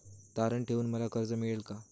तारण ठेवून मला कर्ज मिळेल का?